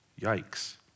Yikes